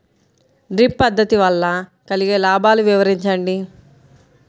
Drip పద్దతి వల్ల కలిగే లాభాలు వివరించండి?